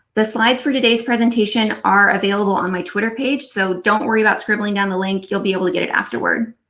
the slides for today's presentation are available on my twitter page so don't worry about scribbling down the link. you'll be able to get it afterwards.